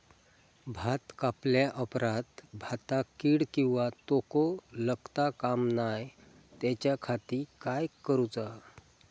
भात कापल्या ऑप्रात भाताक कीड किंवा तोको लगता काम नाय त्याच्या खाती काय करुचा?